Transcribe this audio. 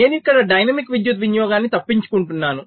నేను ఇక్కడ డైనమిక్ విద్యుత్ వినియోగాన్ని తప్పించుకుంటున్నాను